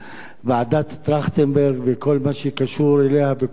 ועדת-טרכטנברג וכל מה שקשור אליה וכל ההמלצות,